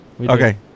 Okay